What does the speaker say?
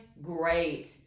great